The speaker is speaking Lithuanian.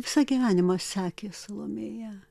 visą gyvenimą sekė salomėją